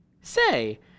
Say